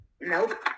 Nope